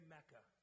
Mecca